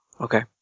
Okay